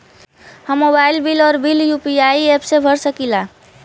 हम mobile bill और bill UPI app से भर सकिला